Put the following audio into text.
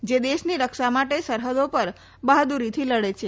જે દેશની રક્ષા માટે સરહદો પર બહાદુરીથી લડે છે